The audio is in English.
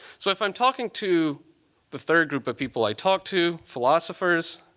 so if i'm talking to the third group of people i talk to, philosophers,